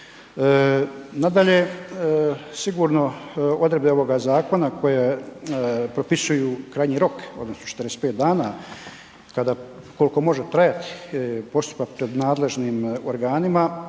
Nadalje, sigurno odredbe ovoga zakona koje propisuju krajnji rok odnosno 45 dana koliko može trajati postupak pred nadležnim organima,